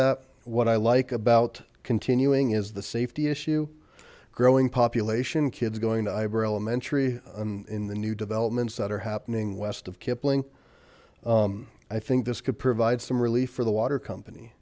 that what i like about continuing is the safety issue growing population kids going to ib elementary i'm in the new developments that are happening west of kipling i think this could provide some relief for the water company